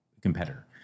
competitor